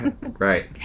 Right